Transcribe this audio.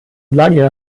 lange